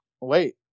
wait